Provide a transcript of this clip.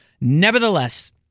nevertheless